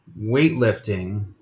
weightlifting